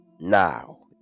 now